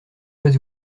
pas